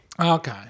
Okay